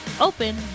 open